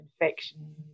infections